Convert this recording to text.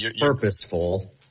purposeful